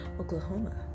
Oklahoma